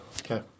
Okay